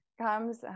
comes